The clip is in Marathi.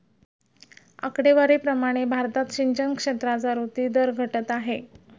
आकडेवारी प्रमाणे भारतात सिंचन क्षेत्राचा वृद्धी दर घटत आहे